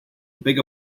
big